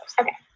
okay